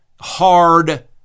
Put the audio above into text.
Hard